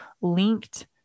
linked